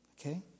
Okay